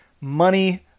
money